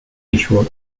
visual